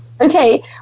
Okay